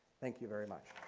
thank you very much.